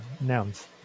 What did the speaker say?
nouns